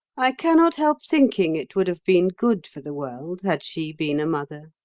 i cannot help thinking it would have been good for the world had she been a mother.